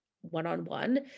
one-on-one